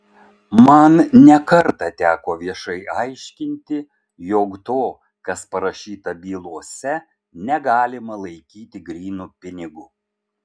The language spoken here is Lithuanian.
man ne kartą teko viešai aiškinti jog to kas parašyta bylose negalima laikyti grynu pinigu